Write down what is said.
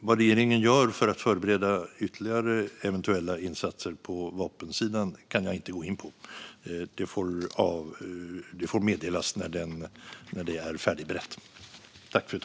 Vad regeringen gör för att förbereda ytterligare eventuella insatser på vapensidan kan jag inte gå in på. Detta får meddelas när det är färdigberett.